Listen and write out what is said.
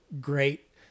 great